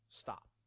stop